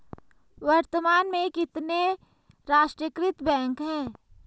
वर्तमान में कितने राष्ट्रीयकृत बैंक है?